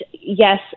yes